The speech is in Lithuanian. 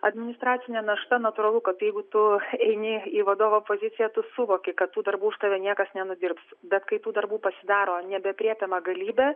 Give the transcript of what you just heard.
administracinė našta natūralu kad jeigu tu eini į vadovo poziciją tu suvoki kad tų darbų už tave niekas nenudirbs bet kai tų darbų pasidaro nebeaprėpiama galybė